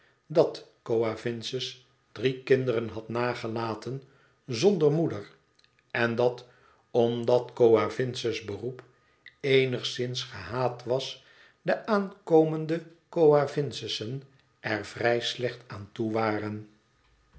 dat coavinses drie kinderen had nagelaten zonder moeder en dat omdat coavinses beroep eenigszins gehaat was de aankomende coavinses'en er vrij slecht aan toe waren